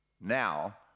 now